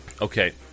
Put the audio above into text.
Okay